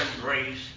grace